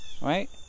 right